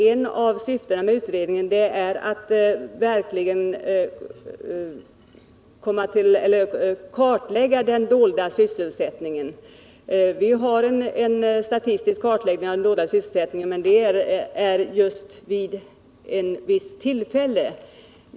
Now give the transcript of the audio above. Ett av syftena med utredningen är att verkligen kartlägga den dolda arbetslösheten. Det har gjorts en statistisk kartläggning av denna, men den visar endast läget vid ett visst tillfälle.